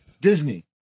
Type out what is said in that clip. Disney